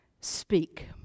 speak